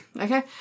Okay